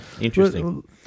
interesting